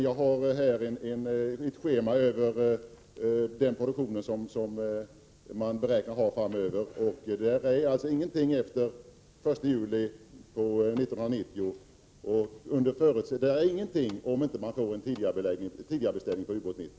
Jag har här ett schema över den produktion som man beräknar framöver, och där finns alltså ingenting efter den 1 juli 1990, om man inte får en tidigare beställning på Ubåt 90.